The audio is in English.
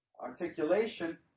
articulation